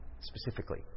specifically